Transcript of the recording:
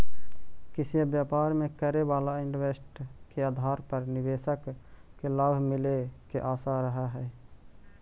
किसी व्यापार में करे वाला इन्वेस्ट के आधार पर निवेशक के लाभ मिले के आशा रहऽ हई